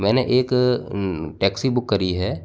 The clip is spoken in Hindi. मैंने एक टैक्सी बुक करी है